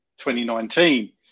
2019